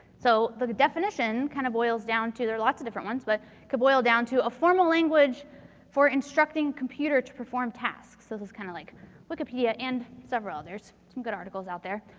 so, the definition kind of boils down to there are lots of different ones. but could boil down to a formal language for instructing computer to perform tasks. this is kind of like wikipedia and several others. some good articles out there.